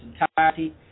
entirety